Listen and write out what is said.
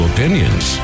Opinions